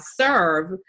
serve